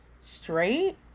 straight